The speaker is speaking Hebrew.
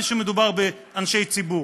כשמדובר באנשי ציבור.